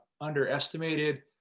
underestimated